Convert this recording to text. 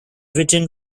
written